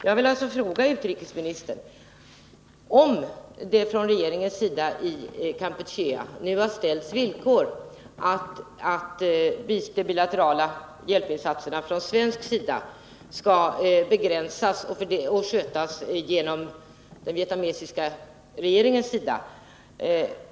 Jag vill alltså fråga utrikesministern om regeringen i Kampuchea nu har ställt villkoret att de bilaterala hjälpinsatserna från svensk sida skall begränsas och skötas genom den vietnamesiska regeringen.